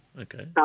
okay